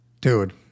Dude